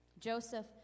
Joseph